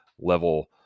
level